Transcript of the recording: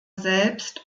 selbst